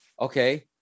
okay